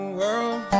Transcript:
world